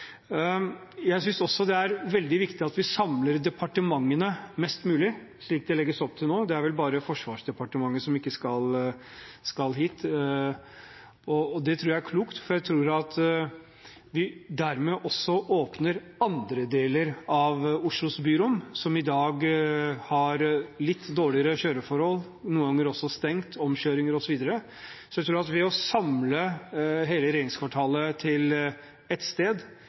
Jeg syns også det er veldig viktig at vi samler departementene mest mulig, slik det legges opp til nå. Det er vel bare Forsvarsdepartementet som ikke skal hit. Det tror jeg er klokt, for jeg tror at vi dermed også åpner andre deler av Oslos byrom som i dag har litt dårligere kjøreforhold, noen ganger også er stengt, med omkjøringer osv. Så jeg tror at ved å samle hele regjeringskvartalet til ett sted